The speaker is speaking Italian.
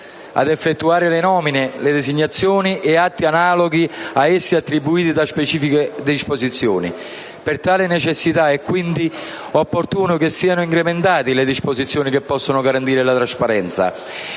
ad effettuare le nomine, le designazioni e atti analoghi ad essi attribuiti da specifiche disposizioni. Per tali necessità è quindi opportuno che siano incrementate le disposizioni che possono garantire la trasparenza